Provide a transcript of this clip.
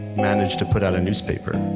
managed to put out a newspaper.